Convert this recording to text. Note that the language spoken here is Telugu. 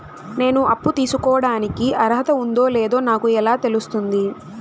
నేను అప్పు తీసుకోడానికి అర్హత ఉందో లేదో నాకు ఎలా తెలుస్తుంది?